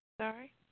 Sorry